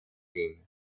team